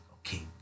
okay